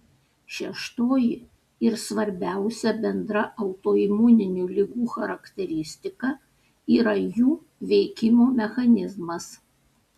šeštoji ir svarbiausia bendra autoimuninių ligų charakteristika yra jų veikimo mechanizmas